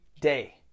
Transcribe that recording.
day